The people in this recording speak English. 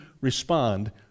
respond